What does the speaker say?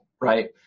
right